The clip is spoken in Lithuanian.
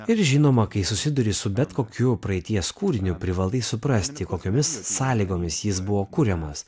ir žinoma kai susiduri su bet kokiu praeities kūriniu privalai suprasti kokiomis sąlygomis jis buvo kuriamas